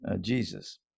Jesus